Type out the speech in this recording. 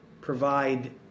provide